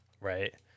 Right